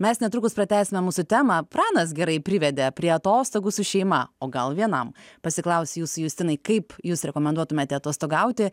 mes netrukus pratęsime mūsų temą pranas gerai privedė prie atostogų su šeima o gal vienam pasiklausiu jūsų justinai kaip jūs rekomenduotumėte atostogauti